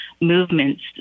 movements